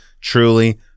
truly